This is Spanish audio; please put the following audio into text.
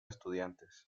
estudiantes